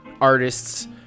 artists